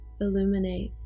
Illuminate